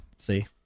see